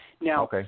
Now